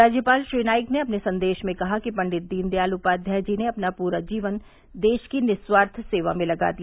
राज्यपाल श्री नाईक ने अपने संदेश में कहा कि पंडित दीनदयाल उपाध्याय जी ने अपना पूरा जीवन देश की निस्वार्थ सेवा में लगा दिया